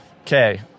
okay